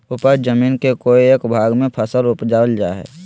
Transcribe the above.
उपज जमीन के कोय एक भाग में फसल उपजाबल जा हइ